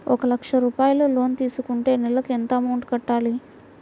ఒక లక్ష రూపాయిలు లోన్ తీసుకుంటే నెలకి ఎంత అమౌంట్ కట్టాలి?